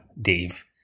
Dave